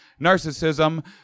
narcissism